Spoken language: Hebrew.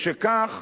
משכך,